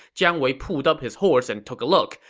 jiang wei pulled up his horse and took a look,